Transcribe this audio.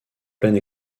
pleine